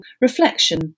reflection